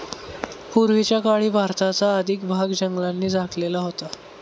पूर्वीच्या काळी भारताचा अधिक भाग जंगलांनी झाकलेला होता